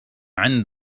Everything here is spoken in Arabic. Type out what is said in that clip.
عند